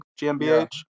GmbH